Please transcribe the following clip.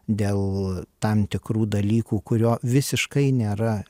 dėl tam tikrų dalykų kurio visiškai nėra